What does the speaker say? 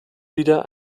wieder